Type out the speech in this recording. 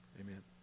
Amen